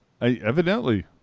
Evidently